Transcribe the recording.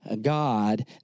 God